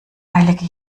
heilige